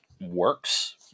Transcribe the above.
works